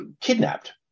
kidnapped